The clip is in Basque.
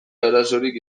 arazorik